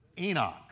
Enoch